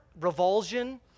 revulsion